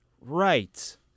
Right